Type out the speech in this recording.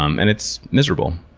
um and it's miserable.